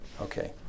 Okay